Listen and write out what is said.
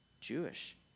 Jewish